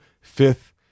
Fifth